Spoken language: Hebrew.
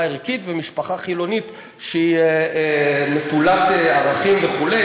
ערכית ומשפחה חילונית שהיא נטולת ערכים וכו'.